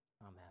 Amen